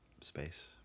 space